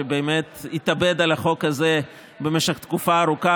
שבאמת התאבד על החוק הזה במשך תקופה ארוכה,